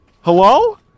Hello